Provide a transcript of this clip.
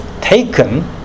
taken